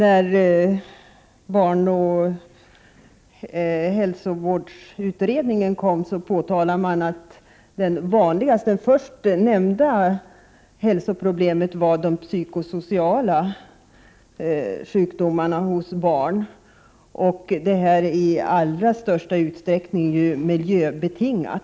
Prot. 1988/89:46 Herr talman! När mödraoch barnhälsovårdsutredningen lades fram 15 december 1988 framhölls främst de psyko-sociala sjukdomarna hos barn, vilka i största a EE ER EE Information om insatsutsträckning är miljöbetingade.